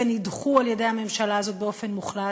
לוועדת השרים ונדחו על-ידי הממשלה הזאת באופן מוחלט.